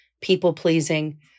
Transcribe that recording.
people-pleasing